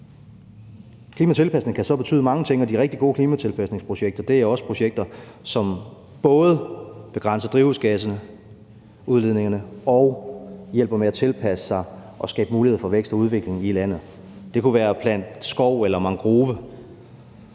Klimatilpasning kan så betyde mange ting, og de rigtig gode klimatilpasningsprojekter er også projekter, som både begrænser drivhusgasudledningerne, og som hjælper med at tilpasse og skabe muligheder for vækst og udvikling i landet. Det kunne være at plante skov eller mangrove;